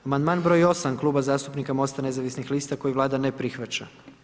Amandman broj 8 Kluba zastupnika Mosta nezavisnih lista koji Vlada ne prihvaća.